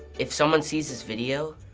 if someone sees this video,